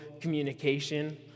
communication